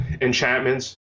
enchantments